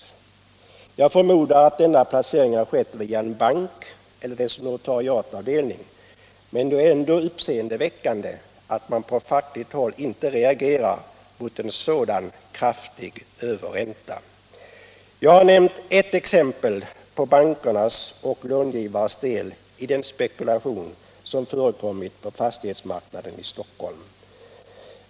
Jag förmodar att denna placering har skett via en bank eller dess notariatavdelning, men det är ändå uppseendeväckande att man på fackligt håll inte reagerar mot en sådan kraftig överränta. Jag har nämnt ett exempel på bankernas och långivares del i den spekulation som förekommit på fastighetsmarknaden i Stockholm.